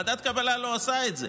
ועדת קבלה לא עושה את זה,